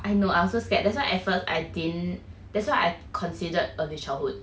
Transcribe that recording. I know I also scared that's why at first I didn't that's why I considered early childhood